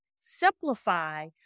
simplify